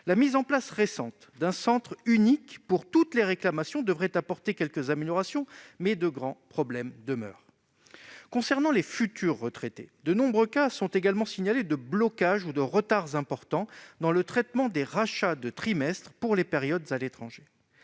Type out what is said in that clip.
La mise en place récente d'un centre unique pour toutes les réclamations devrait apporter quelques améliorations, mais de grands problèmes demeurent. En ce qui concerne les futurs retraités, on constate également de nombreux cas de blocages ou de retards importants dans le traitement des rachats de trimestres des périodes à l'étranger.